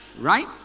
right